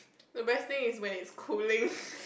the best thing is when it's cooling